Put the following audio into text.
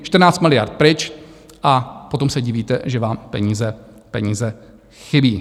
14 miliard pryč, a potom se divíte, že vám peníze chybí.